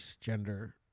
gender